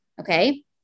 okay